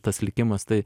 tas likimas tai